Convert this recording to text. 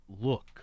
look